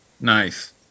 Nice